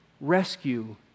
rescue